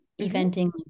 eventing